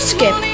Skip